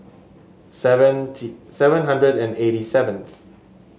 seven hundred and eighty seventh